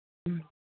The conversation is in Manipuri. ꯎꯝ